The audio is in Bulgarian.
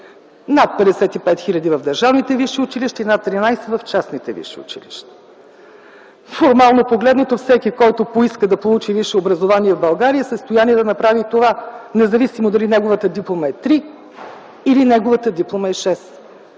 над 55 хил. в държавните висши училища и над 13 в частните висши училища. Формално погледнато всеки, който поиска да получи висше образование в България, е в състояние да направи това - независимо дали неговата диплома е 3 или е 6,